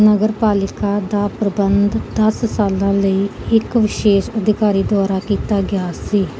ਨਗਰ ਪਾਲਿਕਾ ਦਾ ਪ੍ਰਬੰਧ ਦਸ ਸਾਲਾਂ ਲਈ ਇੱਕ ਵਿਸ਼ੇਸ਼ ਅਧਿਕਾਰੀ ਦੁਆਰਾ ਕੀਤਾ ਗਿਆ ਸੀ